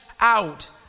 out